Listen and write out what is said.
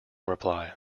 reply